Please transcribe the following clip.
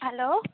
hello